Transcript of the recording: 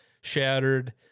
shattered